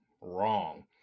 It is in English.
wrong